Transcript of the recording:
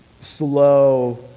slow